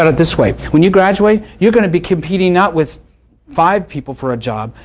ah this way. when you graduate, you are going to be competing not with five people for a job,